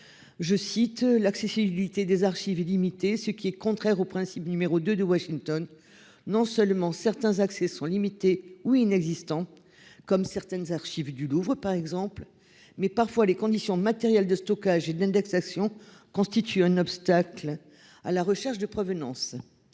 Je cite l'accessibilité des archives illimité, ce qui est contraire au principe numéro de de Washington non seulement certains accès sont limités ou inexistants. Comme certaines archives du Louvre par exemple mais parfois les conditions matérielles de stockage et de l'indexation constitue un obstacle à la recherche de provenance.